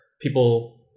people